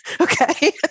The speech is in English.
Okay